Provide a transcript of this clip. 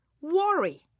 worry